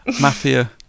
Mafia